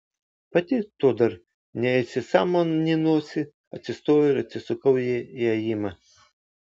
pati to dar neįsisąmoninusi atsistojau ir atsisukau į įėjimą